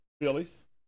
Phillies